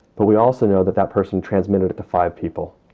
but we also know that that person transmitted it to five people.